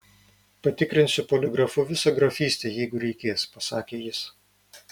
patikrinsiu poligrafu visą grafystę jeigu reikės pasakė jis